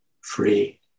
free